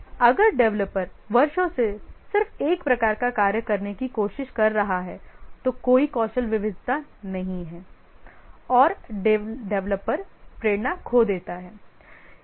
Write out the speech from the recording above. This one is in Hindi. अगर डेवलपर वर्षों से सिर्फ एक प्रकार का कार्य करने की कोशिश कर रहा है तो कोई कौशल विविधता नहीं है और डेवलपर प्रेरणा खो देता है